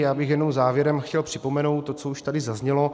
Já bych jenom závěrem chtěl připomenout to, co už tady zaznělo.